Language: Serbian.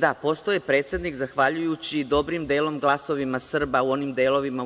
Da, postao je predsednik zahvaljujući dobrim delom glasovima Srba u onim delovima